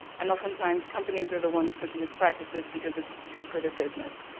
and often times companies are the ones pushing these practices because it's good for their business.